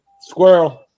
Squirrel